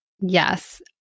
Yes